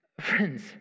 Friends